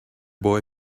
boy